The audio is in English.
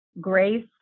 grace